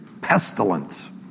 pestilence